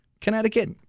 Connecticut